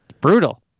brutal